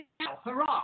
Hurrah